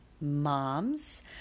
moms